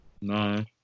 No